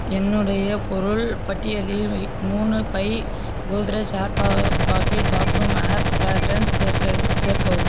என்னுடைய பொருள் பட்டியலில் மூணு பை Godrej air power pocket bathroom air fragrance சேர்க்க சேர்க்கவும்